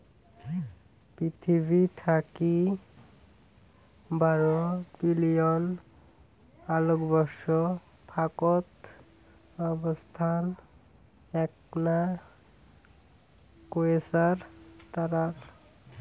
পিথীবি থাকি বারো বিলিয়ন আলোকবর্ষ ফাকত অবস্থান এ্যাকনা কোয়েসার তারার